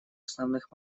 основных